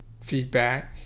feedback